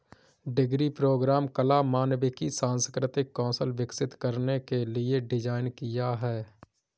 degree programme कला, मानविकी, सांस्कृतिक कौशल विकसित करने के लिए डिज़ाइन किया है